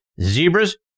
Zebras